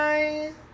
Bye